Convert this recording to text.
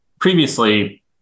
previously